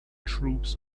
troops